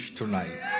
tonight